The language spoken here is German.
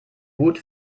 gut